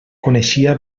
coneixia